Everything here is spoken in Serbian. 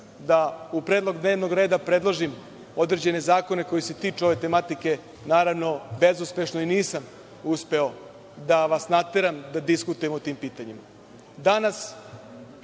da u predlog dnevnog reda predložim određene zakone koji se tiču ove tematike, naravno, bezuspešno i nisam uspeo da vas nateram da diskutujemo o tim pitanjima. Danas,